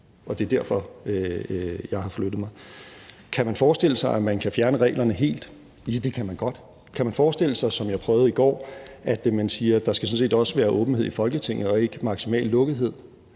sig. Det er derfor, jeg har flyttet mig. Kan man forestille sig, at man kan fjerne reglerne helt? Ja, det kan man godt. Kan man forestille sig, som jeg prøvede i går, at man siger, at der sådan set også skal være åbenhed i Folketinget og ikke maksimal lukkethed?